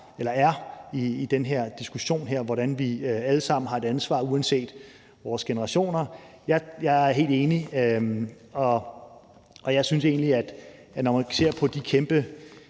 klimaet er i den her diskussion her, hvordan vi alle sammen har et ansvar, uanset hvilken generation vi tilhører. Jeg er helt enig, og jeg synes egentlig, at når man ser på de kæmpe